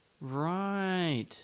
Right